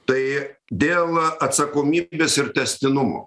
tai dėl atsakomybės ir tęstinumo